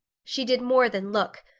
she did more than look.